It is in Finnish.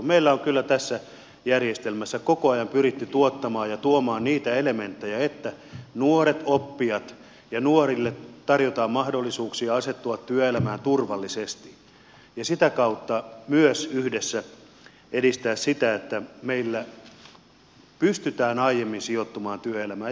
meillä on kyllä tässä järjestelmässä koko ajan pyritty tuottamaan ja tuomaan niitä elementtejä että nuorille tarjotaan mahdollisuuksia asettua työelämään turvallisesti ja sitä kautta myös yhdessä edistämään sitä että meillä pystytään aiemmin sijoittumaan työelämään